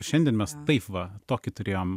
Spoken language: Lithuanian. šiandien mes taip va tokį turėjom